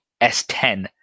S10